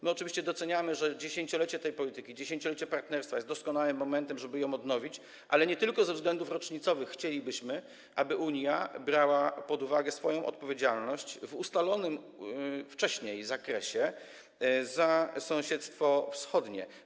My oczywiście doceniamy, że 10-lecie tej polityki, 10-lecie partnerstwa jest doskonałym momentem, żeby ją odnowić, ale nie tylko ze względów rocznicowych chcielibyśmy, aby Unia brała pod uwagę swoją odpowiedzialność w ustalonym wcześniej zakresie za sąsiedztwo wschodnie.